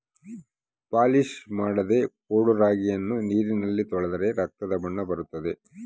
polish ಮಾಡದ ಕೊಡೊ ರಾಗಿಯನ್ನು ನೀರಿನಲ್ಲಿ ತೊಳೆದರೆ ರಕ್ತದ ಬಣ್ಣ ಬರುತ್ತದೆ